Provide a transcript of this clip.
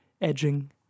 edging